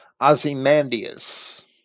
Ozymandias